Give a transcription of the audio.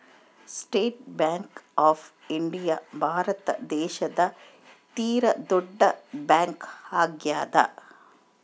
state Bank of India Bharat ದೇಶದ ತೀರ ದೊಡ್ಡ ಬ್ಯಾಂಕ್ ಆಗ್ಯಾದ